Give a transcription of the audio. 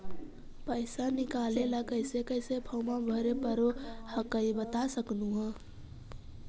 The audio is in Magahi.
पैसा निकले ला कैसे कैसे फॉर्मा भरे परो हकाई बता सकनुह?